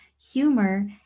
humor